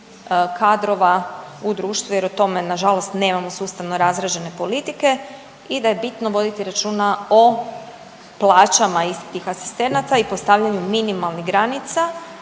kadrova u društvu jer o tome nažalost nemamo sustavno razrađene politike i da je bitno voditi računa o plaćama istih tih asistenata i postavljanju minimalnih granica